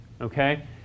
okay